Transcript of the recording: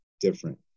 different